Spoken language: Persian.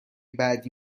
بعدی